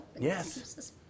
Yes